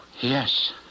Yes